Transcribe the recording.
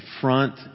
front